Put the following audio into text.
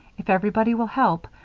if everybody will help,